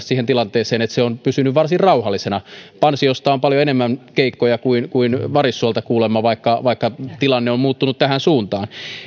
siihen tilanteeseen että se on pysynyt varsin rauhallisena pansiosta on kuulemma paljon enemmän keikkoja kuin kuin varissuolta vaikka vaikka tilanne on muuttunut tähän suuntaan